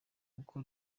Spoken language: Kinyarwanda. koko